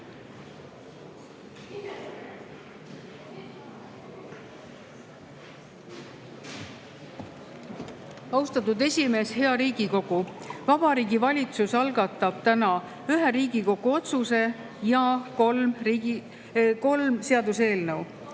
Austatud esimees! Hea Riigikogu! Vabariigi Valitsus algatab täna ühe Riigikogu otsuse [eelnõu] ja kolm seaduseelnõu.